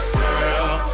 girl